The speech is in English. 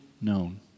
known